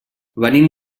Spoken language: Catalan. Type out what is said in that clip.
venim